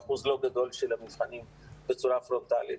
אחוז לא גדול של המבחנים בצורה פרונטלית.